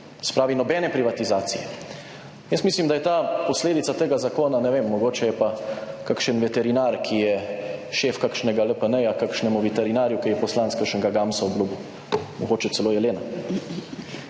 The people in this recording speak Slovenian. pravi, nobene privatizacije. Jaz mislim, da je ta posledica tega zakona, ne vem, mogoče je pa kakšen veterinar, ki je šef kakšnega LPN-ja kakšnemu veterinarju, ki je poslanec, kakšnega gamsa obljubil, mogoče celo jelena.